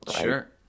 Sure